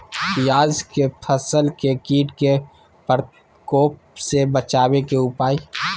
प्याज के फसल के कीट के प्रकोप से बचावे के उपाय?